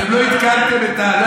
אתם לא עדכנתם את,